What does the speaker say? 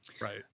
right